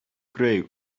gray